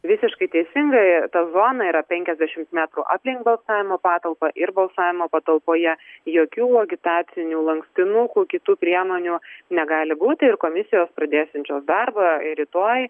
visiškai teisingai ta zona yra penkiasdešim metrų aplink balsavimo patalpą ir balsavimo patalpoje jokių agitacinių lankstinukų kitų priemonių negali būti ir komisijos pradėsiančios darbą rytoj